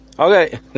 Okay